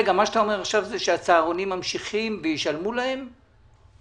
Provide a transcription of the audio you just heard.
הרשויות העשירות גובות מההורים וכל הורה משלם 900 שקלים ואין שום בעיה.